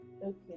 okay